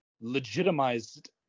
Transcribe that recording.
legitimized